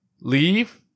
leave